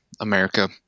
America